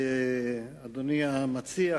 אדוני המציע,